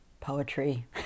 poetry